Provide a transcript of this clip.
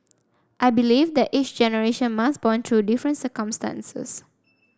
I believe that each generation must bond to different circumstances